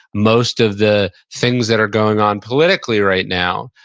most of the things that are going on politically right now,